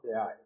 AI